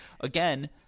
again